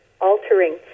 altering